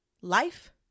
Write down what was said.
life